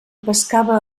pescava